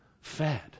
fed